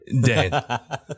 Dan